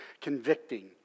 convicting